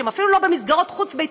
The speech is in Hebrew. שהם אפילו לא במסגרות חוץ-ביתיות,